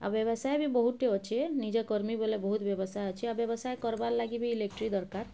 ଆଉ ବ୍ୟବସାୟ ବି ବହୁତଟେ ଅଛେ ନିଜ କର୍ମୀ ବୋଲେ ବହୁତ ବ୍ୟବସାୟ ଅଛି ଆଉ ବ୍ୟବସାୟ କରବାର୍ ଲାଗି ବି ଇଲେକ୍ଟ୍ରି ଦରକାର